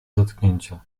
dotknięcia